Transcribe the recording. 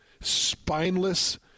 spineless